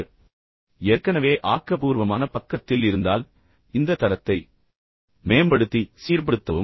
நீங்கள் ஏற்கனவே ஆக்கபூர்வமான பக்கத்தில் இருந்தால் தயவுசெய்து இந்த தரத்தை மேம்படுத்தி இதை மேலும் சீர்படுத்தவும்